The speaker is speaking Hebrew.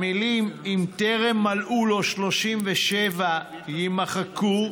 המילים "אם טרם מלאו לו 37 שנים" יימחקו,